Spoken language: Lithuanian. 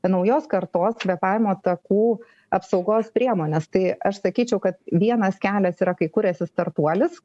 naujos kartos kvėpavimo takų apsaugos priemones tai aš sakyčiau kad vienas kelias yra kai kuriasi startuolis